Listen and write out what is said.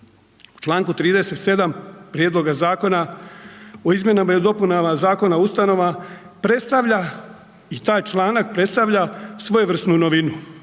članku 37. Prijedloga zakona o Izmjenama i dopunama Zakona o ustanovama predstavlja i taj članak, predstavlja svojevrsnu novinu.